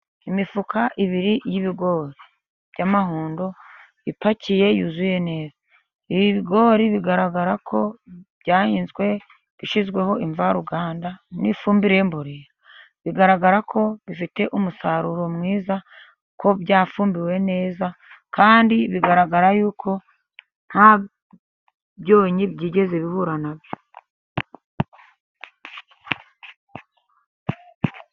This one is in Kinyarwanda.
Imifuka ibiri y'ibigori by'amahundo ipakiye yuzuye neza, ibi bigori bigaragara ko byanyuzwe bishyizweho imvaruganda n'ifumbire mborera. Bigaragara ko bifite umusaruro mwiza ko byafumbiwe neza kandi bigaragara yuko nta byonyi byigeze bihura nabyo.